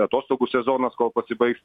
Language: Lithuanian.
atostogų sezonas kol pasibaigs